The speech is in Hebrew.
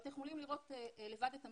אתם יכולים לראות לבד את המספרים,